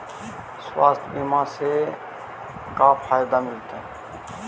स्वास्थ्य बीमा से का फायदा मिलतै?